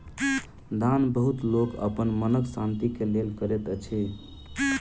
दान बहुत लोक अपन मनक शान्ति के लेल करैत अछि